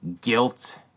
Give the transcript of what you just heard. guilt